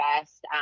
best